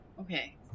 Okay